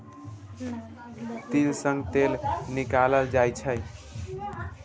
तिल सं तेल निकालल जाइ छै